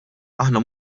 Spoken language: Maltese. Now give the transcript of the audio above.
aħna